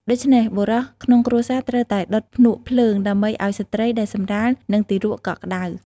ដូច្នេះ បុរសក្នុងគ្រួសារត្រូវតែដុតភ្នក់ភ្លើង ដើម្បីឱ្យស្ត្រីដែលសម្រាល និងទារកកក់ក្ដៅ។